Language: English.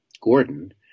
Gordon